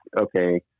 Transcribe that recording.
okay